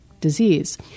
disease